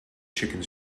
chicken